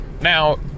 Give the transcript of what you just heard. Now